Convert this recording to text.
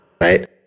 right